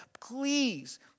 please